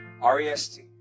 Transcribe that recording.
R-E-S-T